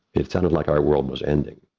it sounded like our world was ending.